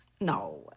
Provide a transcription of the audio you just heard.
No